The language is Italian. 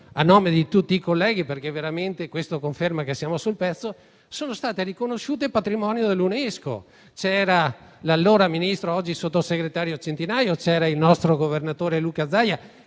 a nome di tutti i colleghi, perché veramente si conferma che siamo sul pezzo - siano state riconosciute patrimonio dell'UNESCO. C'era l'allora ministro e oggi sottosegretario Centinaio; c'era il nostro governatore Luca Zaia,